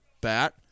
bat